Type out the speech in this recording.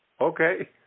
okay